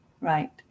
right